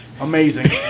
Amazing